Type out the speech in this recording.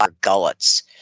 gullets